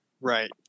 Right